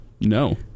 No